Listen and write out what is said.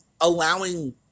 allowing